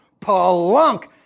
Palunk